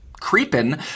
creeping